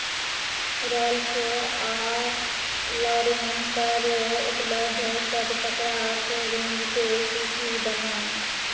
Ralph आ लॉरेनपर उपलब्ध सभ कपड़ाक रेंजके सूची बनाउ